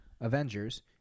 Avengers